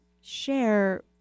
share